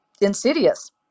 insidious